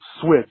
switch